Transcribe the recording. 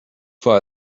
for